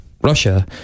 Russia